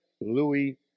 Louis